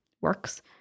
works